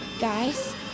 Guys